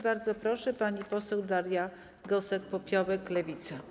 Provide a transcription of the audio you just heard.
Bardzo proszę, pani poseł Daria Gosek-Popiołek, Lewica.